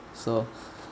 so